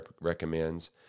recommends